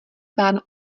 pán